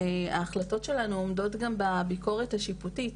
ההחלטות שלנו עומדות גם בביקורת השיפוטית,